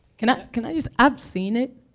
can can i just i've seen it.